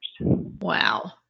Wow